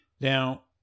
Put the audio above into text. Now